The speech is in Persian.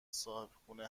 صاحبخونه